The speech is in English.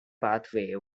pathway